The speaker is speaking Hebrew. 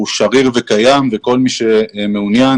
הוא שריר וקיים וכל מי שמעונין,